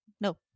no